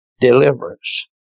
Deliverance